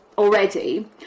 already